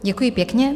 Děkuji pěkně.